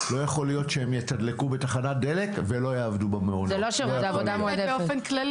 לא יכול להיות שהן יתדלקו בתחנת דלק ולא יעבדו במעונות כעבודה מועדפת.